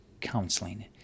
counseling